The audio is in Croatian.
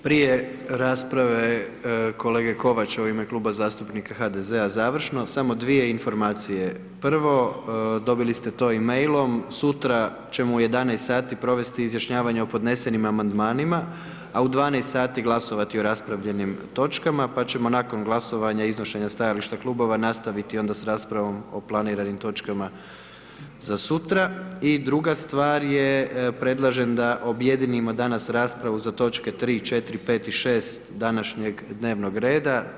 Prije rasprave kolege Kovača u ime Kluba zastupnika HDZ-a završno, samo 2 informacije, prvo, dobili ste to i mailom, sutra, ćemo u 11 sati provesti izjašnjavanje o podnesenim amandmanima, a u 12 sati, glasovati o raspravljanim točkama, pa ćemo nakon glasovanja i iznošenja stajališta klubova, nastaviti onda sa raspravama o planiram točkama za sutra i druga stvar je, predlažem da objedinimo danas raspravu za točke 3., 4., 5. i 6. današnjeg dnevnog reda.